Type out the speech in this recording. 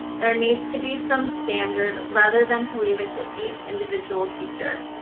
there needs to be some standard rather than to leave it to each individual teacher.